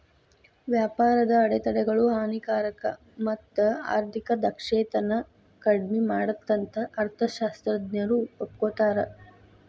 ವ್ಯಾಪಾರದ ಅಡೆತಡೆಗಳು ಹಾನಿಕಾರಕ ಮತ್ತ ಆರ್ಥಿಕ ದಕ್ಷತೆನ ಕಡ್ಮಿ ಮಾಡತ್ತಂತ ಅರ್ಥಶಾಸ್ತ್ರಜ್ಞರು ಒಪ್ಕೋತಾರ